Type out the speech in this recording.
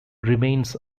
remains